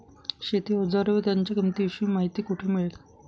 शेती औजारे व त्यांच्या किंमतीविषयी माहिती कोठे मिळेल?